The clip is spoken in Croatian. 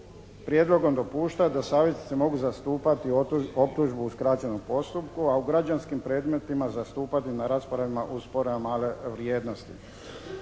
prijedlogom dopušta da savjetnici mogu zastupati optužbu u skraćenom postupku a u građanskim predmetima zastupati na raspravama u sporovima male vrijednosti.